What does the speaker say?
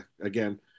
again